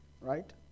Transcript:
Right